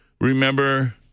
Remember